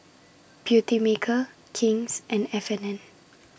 Beautymaker King's and F and N